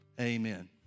amen